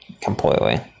completely